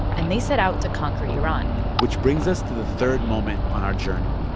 and they set out to conquer iran which brings us to the third moment on our journey,